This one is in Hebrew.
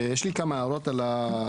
יש לי כמה הערות על ההצעה.